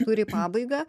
turi pabaigą